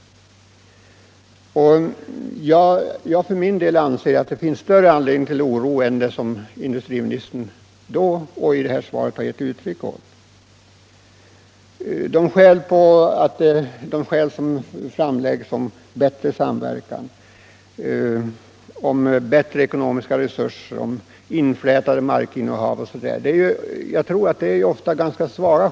Enligt min mening finns det större anledning till oro än vad industriministern i november och nu i svaret givit uttryck åt. De skäl för fusioner och företagsköp som framförs, t.ex. ekonomiska resurser, inflätade markinnehav osv., tror jag ofta är ganska svaga.